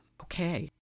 Okay